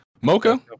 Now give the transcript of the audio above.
mocha